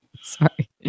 sorry